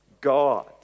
God